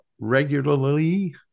regularly